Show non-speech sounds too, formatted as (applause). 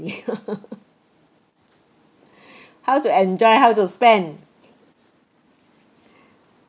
loh (laughs) how to enjoy how to spend